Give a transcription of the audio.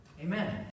Amen